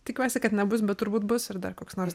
tikiuosi kad nebus bet turbūt bus ir dar koks nors